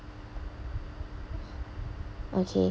okay